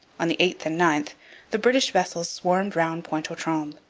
on the eighth and ninth the british vessels swarmed round pointe aux trembles.